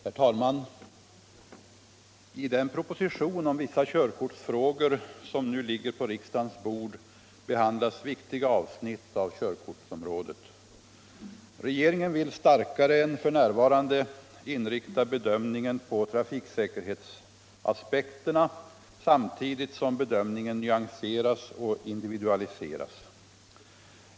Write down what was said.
Herr talman! I den proposition om vissa körkortsfrågor som nu ligger på riksdagens bord behandlas viktiga avsnitt av körkortsområdet. Regeringen vill starkare än f.n. inrikta bedömningen på trafiksäkerhetsaspekterna, samtidigt som bedömningen nyanseras och individualiseras.